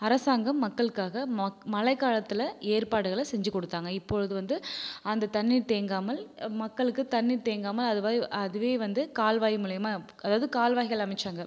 அரசாங்கம் மக்களுக்காக ம மழை காலத்தில் ஏற்பாடுகளை செஞ்சு கொடுத்தாங்க இப்பொழுது வந்து அந்தத் தண்ணீர் தேங்காமல் மக்களுக்கு தண்ணீர் தேங்காமல் அதுவாக அதுவே வந்து கால்வாய் மூலியமாக அதாவது கால்வாய்கள் அமைச்சாங்க